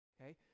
Okay